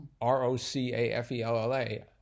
R-O-C-A-F-E-L-L-A